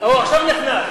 הוא עכשיו נכנס.